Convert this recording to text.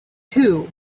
too